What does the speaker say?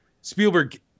Spielberg